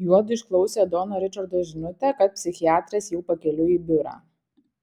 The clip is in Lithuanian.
juodu išklausė dono ričardo žinutę kad psichiatras jau pakeliui į biurą